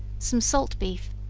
some salt beef,